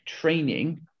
Training